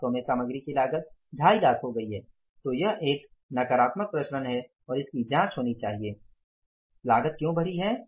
वास्तव में सामग्री की लागत 35 लाख हो गई है तो यह एक नकारात्मक प्रसरण है और इसकी जांच होनी चाहिए लागत क्यों बढ़ी है